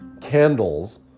candles